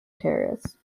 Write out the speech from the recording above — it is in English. terrace